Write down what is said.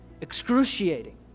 Excruciating